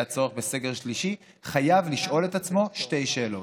הצורך בסגר שלישי חייב לשאול את עצמו שתי שאלות: